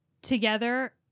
together